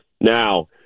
Now